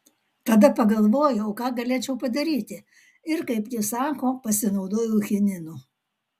tada pagalvojau ką galėčiau padaryti ir kaip ji sako pasinaudojau chininu